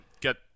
get